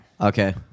Okay